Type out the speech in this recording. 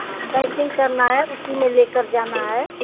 हाँ पैकिंग करना है उसी में लेकर जाना है